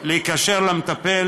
להיקשר למטפל